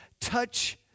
touch